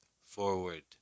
forward